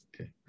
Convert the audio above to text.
okay